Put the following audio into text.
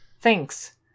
Thanks